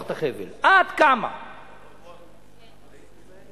עד כמה אתם רוצים למתוח את החבל,